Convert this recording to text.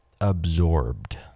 absorbed